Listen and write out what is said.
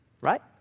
right